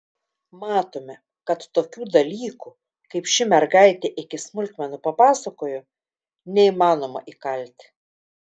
matome kad tokių dalykų kaip ši mergaitė iki smulkmenų papasakojo neįmanoma įkalti